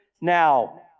now